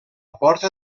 porta